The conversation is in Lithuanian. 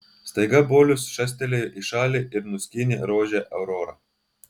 staiga bolius šastelėjo į šalį ir nuskynė rožę aurora